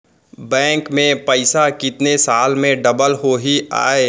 Bank में पइसा कितने साल में डबल होही आय?